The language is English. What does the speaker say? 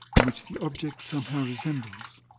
and which the object somehow resembles.